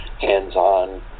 hands-on